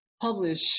publish